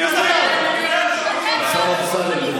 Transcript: אני אאפשר, כמובן, לשר אמסלם להתייחס.